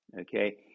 okay